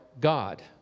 God